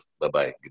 Bye-bye